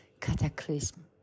cataclysm